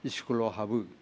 इस्कुलाव हाबो